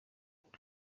uncle